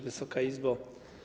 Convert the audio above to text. Wysoka Izbo!